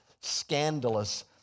scandalous